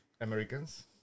Americans